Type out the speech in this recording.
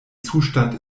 zustand